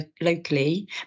locally